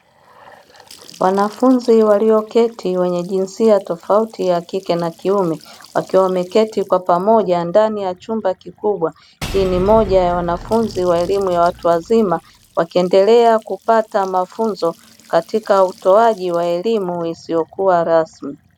Wanafunzi walioketi wenye jinsia tofauti ya kike na kiume wakiwa wameketi kwa pamoja ndani ya chumba kikubwa, hii ni moja ya wanafunzi wa elimu ya watu wazima wakiendelea kupata mafunzo katika utoaji wa elimu isiyo rasmi.